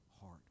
heart